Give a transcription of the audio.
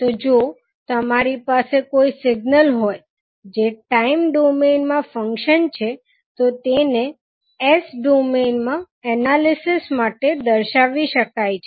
તો જો તમારી પાસે કોઈ સિગ્નલ હોય જે ટાઇમ ડોમેઇન મા ફંકશન છે તો તેને S ડોમેઇન માં એનાલિસીસ માટે દર્શાવી શકાય છે